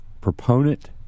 proponent